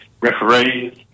referees